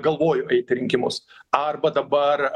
galvoja eit į rinkimus arba dabar